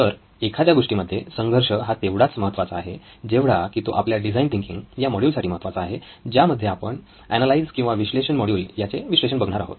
तर एखाद्या गोष्टी मध्ये संघर्ष हा तेवढाच महत्त्वाचा आहे जेवढा की तो आपल्या डिझाईन थिंकिंग या मॉड्यूल साठी महत्त्वाचा आहे ज्यामध्ये आपण ऍनालाईज किंवा विश्लेषण मॉड्यूल याचे विश्लेषण बघणार आहोत